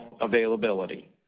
availability